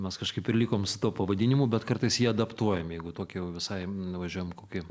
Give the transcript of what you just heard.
mes kažkaip ir likom su tuo pavadinimu bet kartais jį adaptuojam jeigu į tokį jau visai nuvažiuojam į kokį